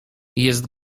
jest